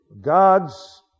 God's